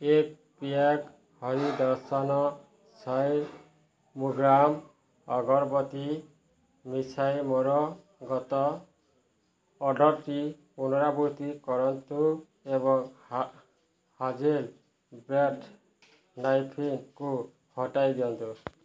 ଏକ ପ୍ୟାକ୍ ହରି ଦର୍ଶନ ସାଇ ମୋଗ୍ରା ଅଗରବତୀ ମିଶାଇ ମୋର ଗତ ଅର୍ଡ଼ର୍ଟିର ପୁନରାବୃତ୍ତି କରନ୍ତୁ ଏବଂ ହା ହାଜେଲ୍ ବ୍ରେଡ଼୍ ନାଇଫ୍କୁ ହଟାଇ ଦିଅନ୍ତୁ